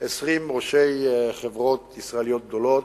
20 ראשי חברות ישראליות גדולות,